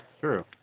True